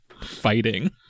fighting